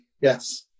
yes